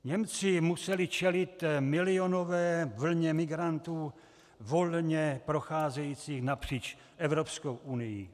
Němci museli čelit milionové vlně migrantů volně procházející napříč Evropskou unií.